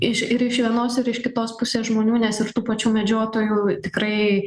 iš ir iš vienos ir iš kitos pusės žmonių nes ir tų pačių medžiotojų tikrai